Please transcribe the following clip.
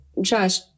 Josh